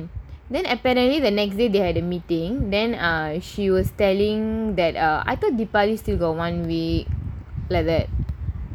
then apparently the next day they had the meeting then err she was telling that uh I thought deepavali still got one week like that